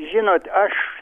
žinot aš